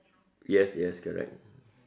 yes yes correct